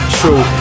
true